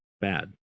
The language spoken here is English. bad